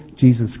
Jesus